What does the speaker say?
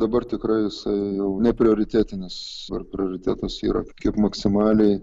dabar tikrai jisai jau neprioritetinis ir prioritetas yra kiek maksimaliai